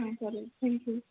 हां चालेल थँक्यू